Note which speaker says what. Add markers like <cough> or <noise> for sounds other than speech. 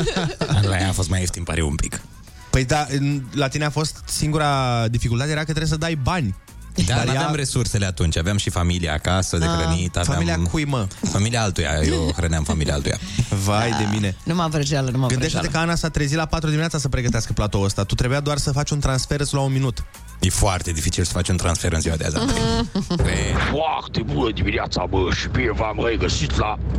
Speaker 1: <laughs>
Speaker 2: La ea a fost mai ieftin pariu un pic.
Speaker 1: Păi da, în- la tine a fost singura dificultate, era că trebuie să dai bani.
Speaker 2: Da,
Speaker 1: Dar
Speaker 2: n-aveam
Speaker 1: ea-
Speaker 2: resursele atunci. Aveam și familia acasă de
Speaker 1: Ah.
Speaker 2: hrănit, aveam-
Speaker 1: Familia cui, mă?
Speaker 2: Familia altuia. Eu hrăneam familia altuia.
Speaker 1: <laughs> Vai de
Speaker 2: Da.
Speaker 1: mine.
Speaker 3: Numai vrăjeală, numai
Speaker 1: Gândește-te
Speaker 3: vrăjeală.
Speaker 1: că Ana s-a trezit la 4 dimineața să pregătească platoul ăsta. Tu trebuia doar să faci un transfer, îți lua un minut.
Speaker 2: E foarte dificil să faci un transfer în ziua de azi, Andrei.
Speaker 1: <laughs>
Speaker 2: Păi-
Speaker 4: Foarte bună dimineața, bă, și bine v-am regăsit la-